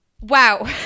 Wow